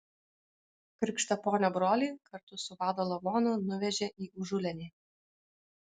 krikštaponio brolį kartu su vado lavonu nuvežė į užulėnį